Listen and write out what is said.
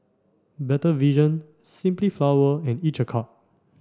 Better Vision Simply Flowers and Each a cup